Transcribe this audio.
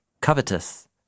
Covetous